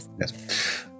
Yes